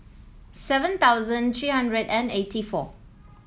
seven thousand three hundred and eighty four